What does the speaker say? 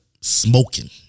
smoking